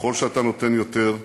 וככל שאתה נותן יותר,